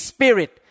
Spirit